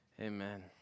amen